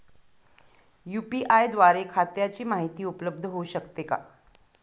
UPI द्वारे खात्याची माहिती उपलब्ध होऊ शकते का?